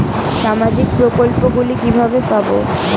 সামাজিক প্রকল্প গুলি কিভাবে পাব?